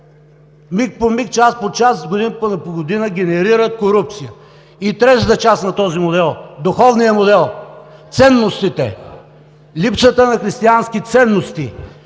миг по миг, час по час, година по година генерират корупция. И третата част на този модел – духовният модел, ценностите, липсата на християнски ценности,